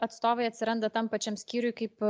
atstovai atsiranda tam pačiam skyriuj kaip